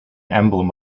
emblem